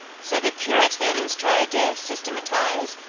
so the puritans tried to systematize,